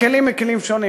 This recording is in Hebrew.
בכלים מכלים שונים,